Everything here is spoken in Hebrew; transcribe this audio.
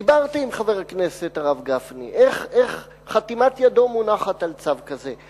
דיברתי עם חבר הכנסת הרב גפני איך חתימת ידו מונחת על צו כזה.